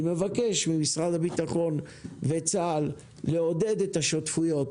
אני מבקש ממשרד הבטחון וצה"ל לעודד את השותפויות